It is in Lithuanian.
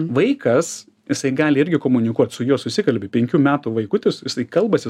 vaikas jisai gali irgi komunikuot su juo susikalbi penkių metų vaikutis kalbasi